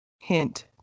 Hint